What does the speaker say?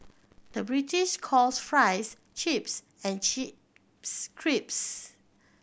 the British calls fries chips and chips crisps